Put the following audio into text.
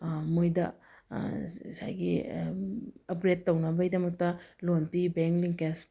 ꯃꯣꯏꯗ ꯉꯁꯥꯏꯒꯤ ꯑꯞꯒ꯭ꯔꯦꯠ ꯇꯧꯅꯕꯩꯗꯃꯛꯇ ꯂꯣꯟ ꯄꯤ ꯕꯦꯡꯛ ꯂꯤꯡꯀꯦꯖ